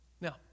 Now